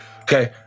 okay